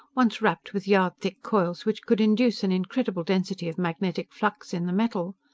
once wrapped with yard-thick coils which could induce an incredible density of magnetic flux in the metal.